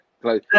close